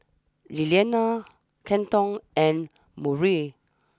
Lilliana Kenton and Murray